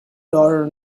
daughter